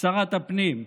שרת הפנים,